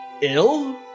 Ill